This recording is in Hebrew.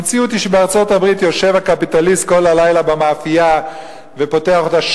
המציאות היא שבארצות-הברית יושב הקפיטליסט כל הלילה במאפייה ופותח אותה,